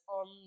on